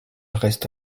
reste